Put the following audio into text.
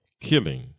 killing